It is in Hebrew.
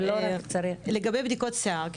לגבי בדיקות שיער,